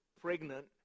pregnant